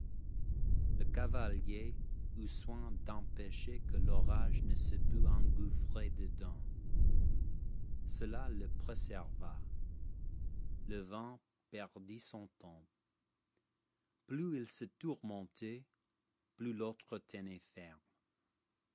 le cavalier eut soin d'empêcher que l'orage ne se put engouffrer dedans cela le préserva le vent perdit son temps plus il se tourmentait plus l'autre tenait ferme